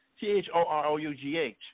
T-H-O-R-O-U-G-H